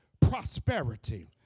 prosperity